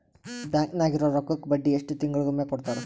Bank ನಾಗಿರೋ ರೊಕ್ಕಕ್ಕ ಬಡ್ಡಿ ಎಷ್ಟು ತಿಂಗಳಿಗೊಮ್ಮೆ ಕೊಡ್ತಾರ?